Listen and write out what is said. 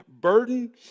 burden